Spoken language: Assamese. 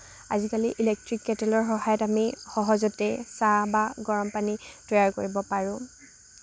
আজিকালি ইলেক্ট্ৰিক কেটেলৰ সহায়ত আজি সহজতে চাহ বা গৰম পানী তৈয়াৰ কৰিব পাৰোঁ